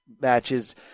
matches